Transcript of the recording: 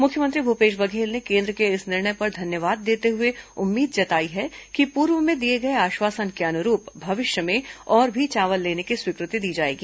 मुख्यमंत्री भूपेश बघेल ने केन्द्र के इस निर्णय पर धन्यवाद देते हुए उम्मीद जताई है कि पूर्व में दिए गए आश्वासन के अनुरूप भविष्य में और भी चावल लेने की स्वीकृति दी जाएगी